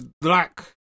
black